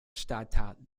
stadtteil